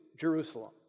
Jerusalem